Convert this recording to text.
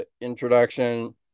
introduction